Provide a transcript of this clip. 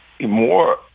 More